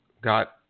got